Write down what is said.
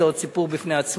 זה עוד סיפור בפני עצמו,